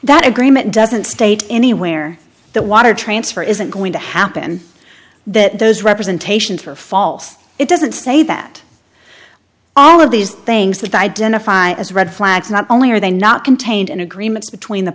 that agreement doesn't state anywhere that water transfer isn't going to happen that those representations her fault it doesn't say that all of these things that identify as red flags not only are they not contained in agreements between the